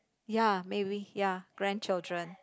ya maybe ya grandchildren